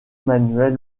manuel